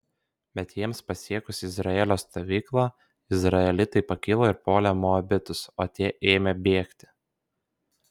bet jiems pasiekus izraelio stovyklą izraelitai pakilo ir puolė moabitus o tie ėmė bėgti